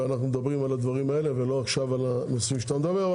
ואנחנו מדברים על הדברים האלה ולא על הנושאים שאתה מדבר עכשיו,